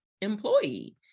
employee